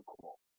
cool